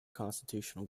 constitutional